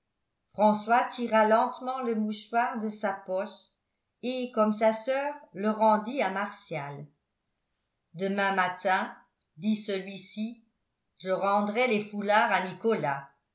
françois tira lentement le mouchoir de sa poche et comme sa soeur le rendit à martial demain matin dit celui-ci je rendrai les foulards à nicolas